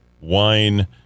wine